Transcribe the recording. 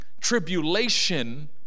tribulation